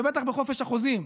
ובטח בחופש החוזים.